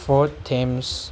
fort ꯊꯦꯝꯁ